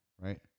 right